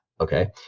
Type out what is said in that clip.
okay